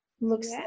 looks